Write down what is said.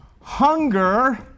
hunger